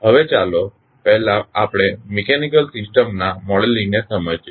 હવે ચાલો પહેલા આપણે મિકેનિકલ સિસ્ટમ્સ ના મોડેલિંગને સમજીએ